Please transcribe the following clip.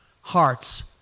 hearts